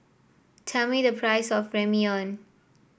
tell me the price of Ramyeon